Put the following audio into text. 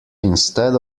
instead